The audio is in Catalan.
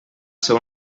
ser